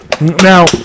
Now